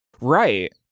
Right